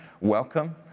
welcome